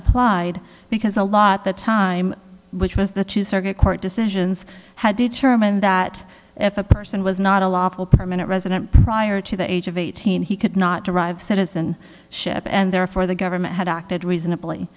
applied because a lot the time which was the two circuit court decisions had determined that if a person was not a lawful permanent resident prior to the age of eighteen he could not derive citizen ship and therefore the government had acted reasonably